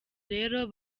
rero